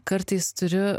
kartais turiu